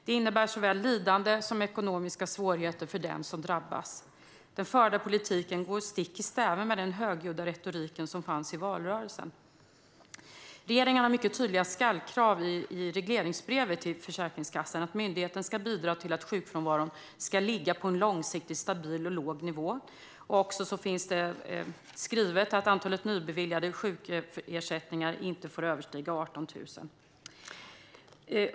Det innebär såväl lidande som ekonomiska svårigheter för den som drabbas. Den förda politiken går stick i stäv med den högljudda retorik som fanns i valrörelsen. Regeringen har mycket tydliga skall-krav i regleringsbrevet till Försäkringskassan. Myndigheten ska bidra till att sjukfrånvaron ligger på en långsiktigt stabil och låg nivå. Det finns också skrivet att antalet nybeviljade sjukersättningar inte får överstiga 18 000.